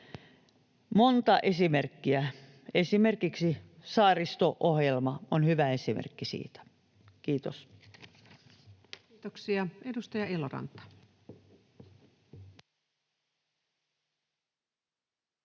monta esimerkkiä, esimerkiksi Saaristomeri-ohjelma on hyvä esimerkki siitä. — Kiitos. Kiitoksia. — Edustaja Eloranta.